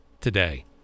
today